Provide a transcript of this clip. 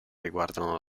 riguardano